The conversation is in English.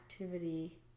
activity